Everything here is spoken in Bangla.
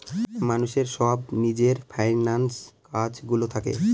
মানুষের সব নিজের ফিন্যান্স কাজ গুলো থাকে